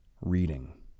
reading